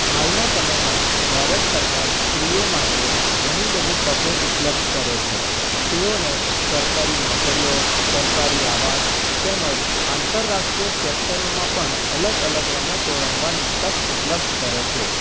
હાલના સમયમાં ભારત સરકાર સ્ત્રીઓ માટે ઘણી બધી તકો ઉપલબ્ધ કરે છે તેઓને સરકારી નોકરીઓ સરકારી આવાસ તેમજ આંતરરાષ્ટ્રીય સેક્ટરોમાં પણ અલગ અલગ રમતો રમવાની તક ઉપલબ્ધ કરે છે